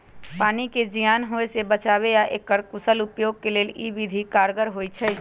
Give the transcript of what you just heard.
पानी के जीयान होय से बचाबे आऽ एकर कुशल उपयोग के लेल इ विधि कारगर होइ छइ